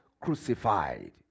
crucified